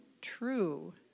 true